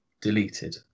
deleted